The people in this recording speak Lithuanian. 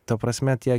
ta prasme tie